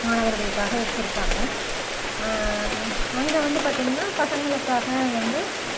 மாணவர்களுக்காக வச்சுருக்காங்க அங்கே வந்து பார்த்தீங்கன்னா பசங்களுக்காக வந்து